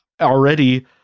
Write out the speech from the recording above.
already